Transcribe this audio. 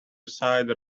sidle